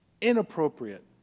inappropriate